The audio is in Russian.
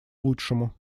лучшему